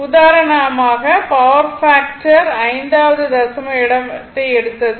உதாரணமாக power factor ஐந்தாவது தசம இடத்தை எடுத்தது